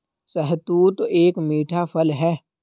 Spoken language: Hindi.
शहतूत एक मीठा फल है